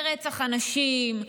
ברצח הנשים,